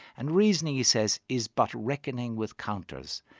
and reasoning, he says, is but reckoning with counters.